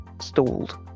stalled